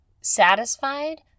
satisfied